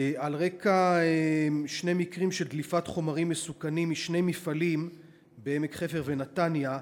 על רקע שני מקרים של דליפת חומרים מסוכנים ממפעלים בעמק-חפר ובנתניה,